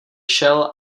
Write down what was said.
šel